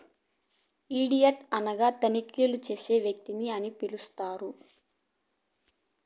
audit అనగా తనిఖీలు చేసే వ్యక్తి అని పిలుత్తారు